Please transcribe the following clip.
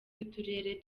y’uturere